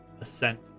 ascent